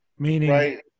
Meaning